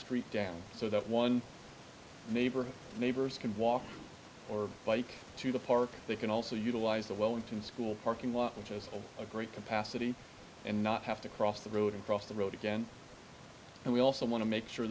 street down so that one neighborhood neighbors can walk or bike to the park they can also utilize the wellington school parking lot which has a great capacity and not have to cross the road and cross the road again and we also want to make sure